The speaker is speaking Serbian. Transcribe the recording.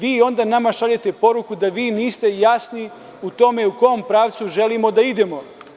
Vi onda nama šaljete poruku da vama nije jasno u kom pravcu želimo da idemo.